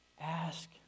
ask